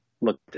Looked